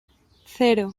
cero